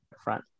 front